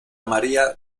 maría